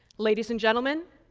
ladies and gentlemen,